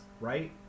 right